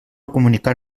comunicar